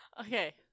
Okay